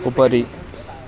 उपरि